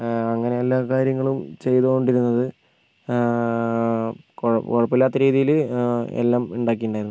അങ്ങനെയെല്ലാ കാര്യങ്ങളും ചെയ്തോണ്ടിരുന്നത് കൊഴ് കുഴപ്പമില്ലാത്ത രീതിയിൽ എല്ലാം ഉണ്ടാക്കിട്ടുണ്ടായിരുന്നു